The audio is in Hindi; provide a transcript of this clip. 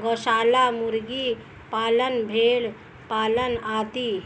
गौशाला, मुर्गी पालन, भेड़ पालन आदि